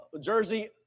jersey